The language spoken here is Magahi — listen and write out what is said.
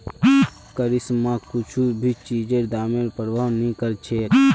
करिश्मा कुछू भी चीजेर दामेर प्रवाह नी करछेक